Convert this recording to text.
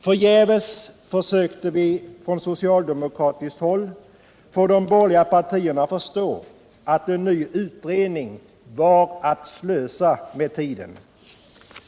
Förgäves försökte vi från socialdemokratiskt håll få de borgerliga partierna att förstå att en ny utredning var att slösa med tiden.